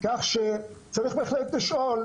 כך שצריך בהחלט לשאול,